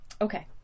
okay